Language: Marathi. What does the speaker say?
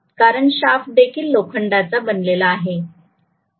कारण शाफ्ट देखील लोखंडाचा बनलेला आहे